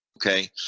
Okay